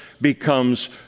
becomes